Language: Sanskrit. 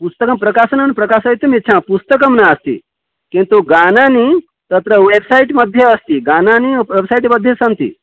पुस्तकं प्रकाशनं प्रकाशयितुम् इच्छाम पुस्तकं नास्ति किन्तु गीतानि तत्र वेब्सैट् मध्ये अस्ति गीतानि प् वेब्सैट् मध्ये सन्ति